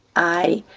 i